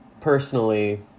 personally